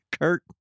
Kurt